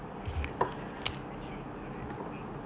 ya there's then just like make sure kau like terbang